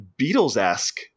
Beatles-esque